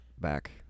back